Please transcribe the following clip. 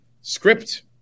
script